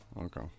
Okay